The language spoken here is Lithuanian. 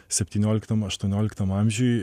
septynioliktam aštuonioliktam amžiuj